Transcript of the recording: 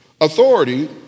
Authority